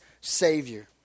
Savior